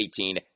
2018